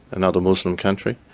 another muslim country.